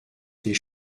des